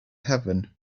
heaven